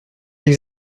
vous